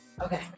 Okay